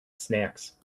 snacks